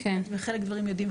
חלק מהדברים יודעים,